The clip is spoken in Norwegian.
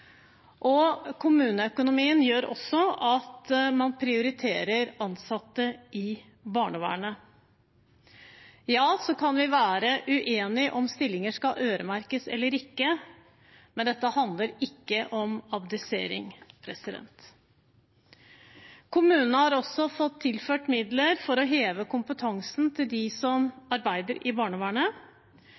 nå. Kommuneøkonomien gjør også at man prioriterer ansatte i barnevernet. Ja, vi kan være uenige om stillinger skal øremerkes eller ikke, men dette handler ikke om abdisering. Kommunene har også fått tilført midler for å heve kompetansen til dem som arbeider i barnevernet,